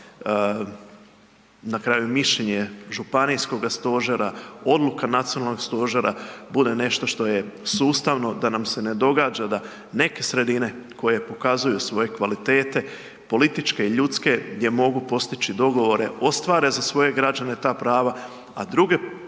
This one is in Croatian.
na kraju mišljenje županijskoga stožera, odluka nacionalnog stožera, bude nešto što je sustavno, da nam se ne događa da neke sredine koje pokazuju svoje kvalitete, političke i ljudske, gdje mogu postići dogovore, ostvare za svoje građane ta prava, a druge